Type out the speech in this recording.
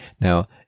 Now